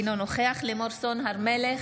אינו נוכח לימור סון הר מלך,